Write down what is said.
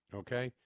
okay